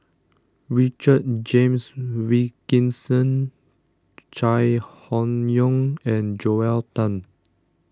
Richard James Wilkinson Chai Hon Yoong and Joel Tan